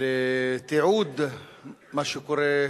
לתיעוד מה שקורה,